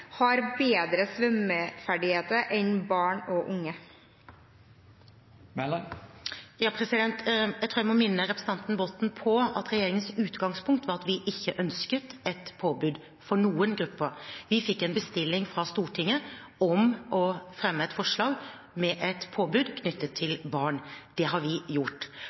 har bedre svømmeferdigheter enn barn og unge? Jeg tror jeg må minne representanten Botten på at regjeringens utgangspunkt var at vi ikke ønsket et påbud for noen grupper. Vi fikk en bestilling fra Stortinget om å fremme et forslag med et påbud knyttet til barn. Det har vi gjort.